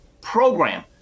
program